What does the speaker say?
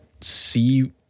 see